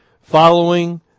following